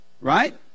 right